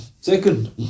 Second